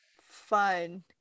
Fun